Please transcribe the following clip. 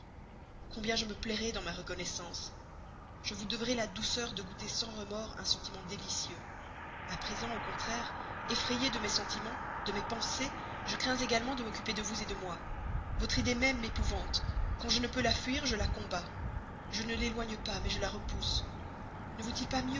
combien je me plairai dans ma reconnaissance je vous devrai la douceur de goûter sans remords un sentiment délicieux a présent au contraire effrayée de mes sentiments de mes pensées je crains également de m'occuper de vous de moi votre idée même m'épouvante quand je ne peux la fuir je la combats je ne l'éloigne pas mais je la repousse ne vaut-il pas